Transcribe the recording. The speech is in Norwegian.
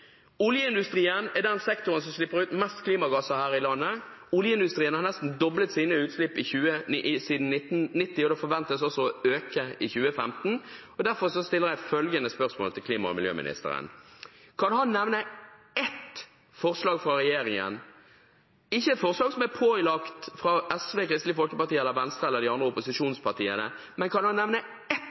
Oljeindustrien er den sektoren som slipper ut mest klimagasser her i landet. Oljeindustrien har nesten doblet sine utslipp siden 1990, og det forventes også å øke i 2015. Derfor stiller jeg følgende spørsmål til klima- og miljøministeren: Kan han nevne ett forslag fra regjeringen – ikke et forslag som er pålagt fra SV, Kristelig Folkeparti, Venstre eller de andre opposisjonspartiene – som i vesentlig grad kutter utslippene i den sektoren som slipper ut mest, nemlig oljeindustrien, eller nevne